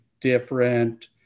different